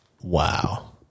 Wow